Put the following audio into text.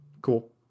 Cool